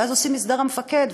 ואז עושים מסדר המפקד,